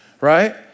right